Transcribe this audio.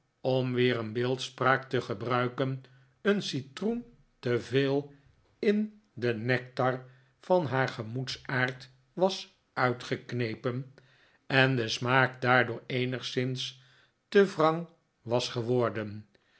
om weer een beeldspraak te getaruiken een citroen te veel in den nectar van haar gemoedsaard was uitgeknepen en de smaak daardoor eenigszins te wrang was geworden